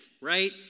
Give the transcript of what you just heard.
right